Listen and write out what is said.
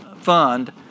fund